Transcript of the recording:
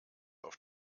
auf